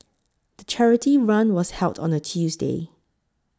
the charity run was held on a Tuesday